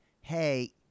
hey